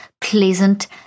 pleasant